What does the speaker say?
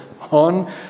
on